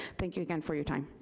thank you again for your time.